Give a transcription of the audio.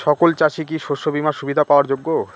সকল চাষি কি শস্য বিমার সুবিধা পাওয়ার যোগ্য?